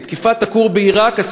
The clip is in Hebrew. לתקיפת הכור בעיראק,